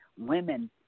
women